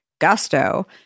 Gusto